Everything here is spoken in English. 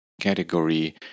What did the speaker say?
category